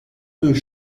deux